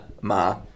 ma